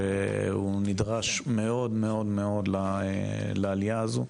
שהוא נדרש מאוד מאוד לעלייה הזו,